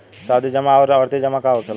सावधि जमा आउर आवर्ती जमा का होखेला?